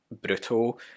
brutal